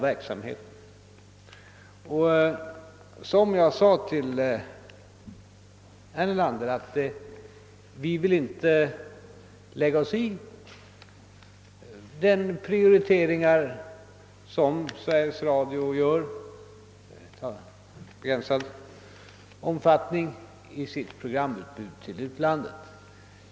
Och som jag sade till herr Nelander vill vi inte lägga oss i de prioriteringar av begränsad omfattning som Sveriges Radio gör i sitt programutbud till utlandet.